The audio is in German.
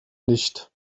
nicht